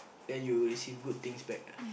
then you'll receive good things back ah